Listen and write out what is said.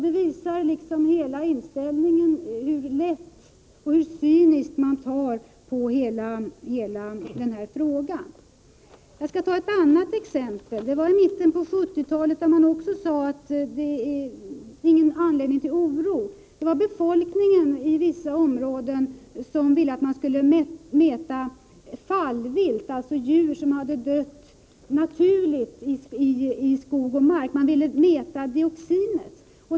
Det visar hela inställningen — hur lätt och hur cyniskt man tar på den här frågan. Jag skall ta ett annat exempel. I mitten av 1970-talet sade man också att det inte finns någon anledning till oro. Befolkningen i vissa områden ville att man skulle mäta dioxinet hos fallvilt — alltså djur som hade dött naturligt i skog och mark.